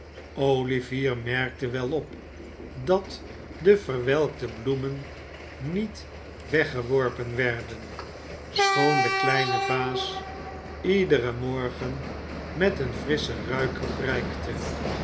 olivier merkte wel op dat de verwelkte bloemen niet weggeworpen werden schoon de kleine vaas iederen morgen met een frisschen ruiker prijkte